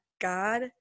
God